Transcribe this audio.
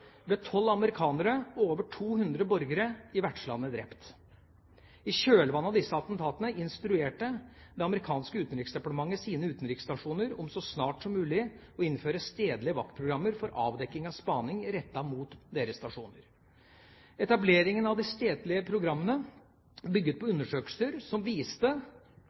ble tolv amerikanere og over 200 borgere i vertslandene drept. I kjølvannet av disse attentatene instruerte det amerikanske utenriksdepartementet sine utenriksstasjoner om så snart som mulig å innføre stedlige vaktprogrammer for avdekking av spaning rettet mot deres stasjoner. Etableringen av de stedlige programmene bygget på undersøkelser som viste